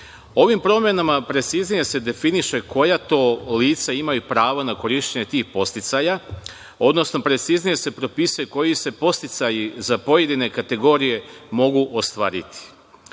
promenama preciznije se definiše koja to lica imaju pravo na korišćenje tih podsticaja, odnosno preciznije se propisuje koji se podsticaji za pojedine kategorije mogu ostvariti. Primera